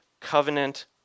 covenant